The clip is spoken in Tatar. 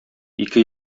ике